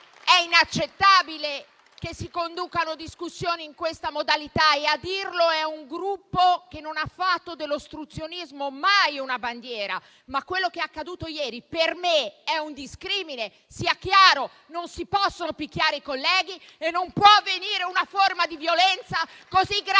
È inaccettabile, infatti, che si conducano discussioni in questa modalità e a dirlo è un Gruppo che non ha mai fatto dell'ostruzionismo una bandiera, ma quello che è accaduto ieri per me è un discrimine. Sia chiaro: non si possono picchiare i colleghi e non può avvenire una forma di violenza così grave.